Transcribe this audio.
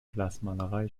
glasmalerei